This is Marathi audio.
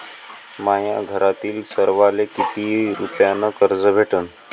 माह्या घरातील सर्वाले किती रुप्यान कर्ज भेटन?